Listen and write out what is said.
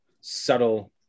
subtle